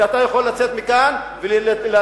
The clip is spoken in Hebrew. שאתה יכול לצאת מכאן לדמשק,